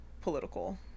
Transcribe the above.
political